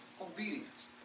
obedience